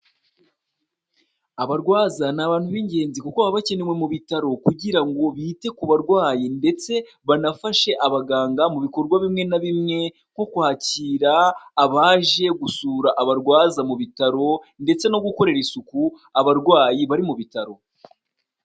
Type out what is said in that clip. Abarwaza ni abantu b'ingenzi kuko baba bakenewe mu bitaro kugira ngo bite ku barwayi ndetse banafashe abaganga mu bikorwa bimwe na bimwe nko kwakira abaje gusura abarwaza mu bitaro ndetse no gukorera isuku abarwayi bari mu bitaro.